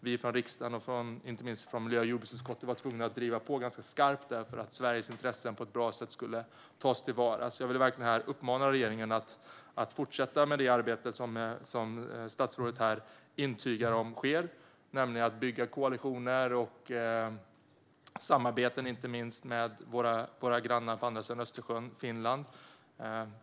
Vi från riksdagen och inte minst miljö och jordbruksutskottet var tvungna att driva på ganska skarpt för att Sveriges intressen skulle tas till vara på ett bra sätt. Jag vill verkligen uppmana regeringen att fortsätta med det arbete som statsrådet här intygar sker: att bygga koalitioner och samarbeten, inte minst med vår granne på andra sidan Östersjön, Finland.